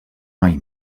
mai